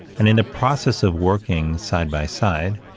and in the process of working side by side,